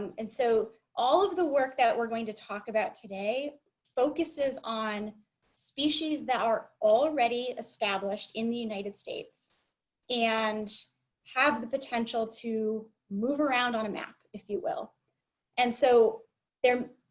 and and so all of the work that we're going to talk about today focuses on species that are already established in the united states and have the potential to move around on a map if you will and so there.